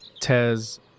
Tez